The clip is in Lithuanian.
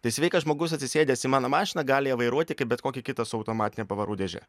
tai sveikas žmogus atsisėdęs į mano mašiną gali ją vairuoti kaip bet kokią kitą su automatine pavarų dėže